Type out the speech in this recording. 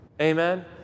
Amen